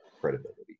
credibility